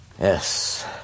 Yes